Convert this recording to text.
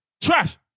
Trash